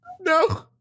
No